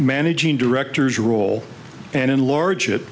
managing directors role and enlarge it